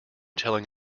telling